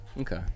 Okay